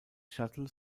shuttle